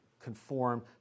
conform